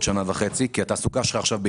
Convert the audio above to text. עוד